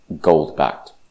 gold-backed